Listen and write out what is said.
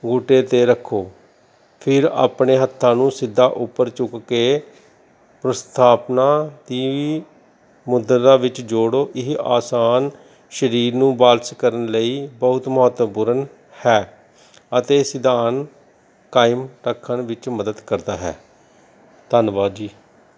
ਅੰਗੂਠੇ 'ਤੇ ਰੱਖੋ ਫਿਰ ਆਪਣੇ ਹੱਥਾਂ ਨੂੰ ਸਿੱਧਾ ਉੱਪਰ ਚੁੱਕ ਕੇ ਪ੍ਰਸਥਾਪਨਾ ਦੀ ਮੁਦਰਾ ਵਿੱਚ ਜੋੜੋ ਇਹ ਆਸਣ ਸਰੀਰ ਨੂੰ ਬਾਲਸ ਕਰਨ ਲਈ ਬਹੁਤ ਮਹੱਤਵਪੂਰਨ ਹੈ ਅਤੇ ਕਾਇਮ ਰੱਖਣ ਵਿੱਚ ਮਦਦ ਕਰਦਾ ਹੈ ਧੰਨਵਾਦ ਜੀ